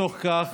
בתוך כך,